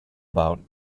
about